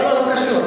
לא קשור.